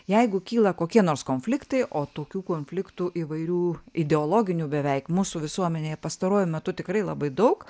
jeigu kyla kokie nors konfliktai o tokių konfliktų įvairių ideologinių beveik mūsų visuomenėje pastaruoju metu tikrai labai daug